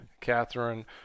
Catherine